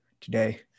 today